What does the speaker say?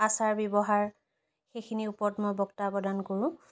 আচাৰ ব্যৱহাৰ সেইখিনিৰ ওপৰত মই বক্তা প্ৰদান কৰো